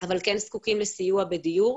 אבל כן זקוקים לסיוע בדיור,